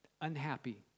unhappy